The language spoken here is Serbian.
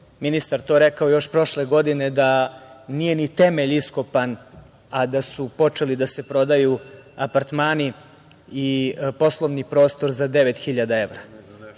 ministar to rekao još prošle godine, da nije ni temelj iskopan a da su počeli da se prodaju apartmani i poslovni prostor za devet